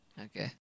Okay